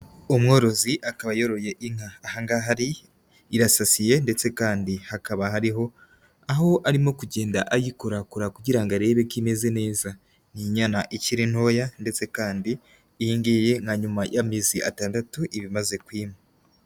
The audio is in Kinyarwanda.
Umworozi akaba yoroye inka, aha ngaha irasasiye ndetse kandi hakaba hariho aho arimo kugenda ayikorakora kugira ngo arebe ko imeze neza, ni inyana ikiri ntoya ndetse kandi yingiye nka nyuma y'amezi atandatu iba imaze kwima.